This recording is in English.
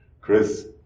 Chris